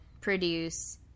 produce